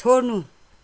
छोड्नु